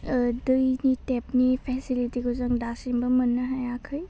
ओह दैनि टेपनि फेसिलिटिखौ जों दासिमबो मोननो हायाखै